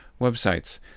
websites